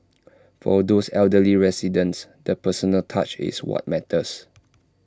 for these elderly residents the personal touch is what matters